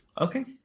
Okay